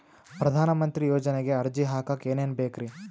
ಪ್ರಧಾನಮಂತ್ರಿ ಯೋಜನೆಗೆ ಅರ್ಜಿ ಹಾಕಕ್ ಏನೇನ್ ಬೇಕ್ರಿ?